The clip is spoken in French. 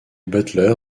butler